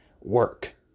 work